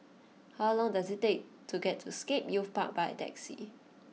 how long does it take to get to Scape Youth Park by taxi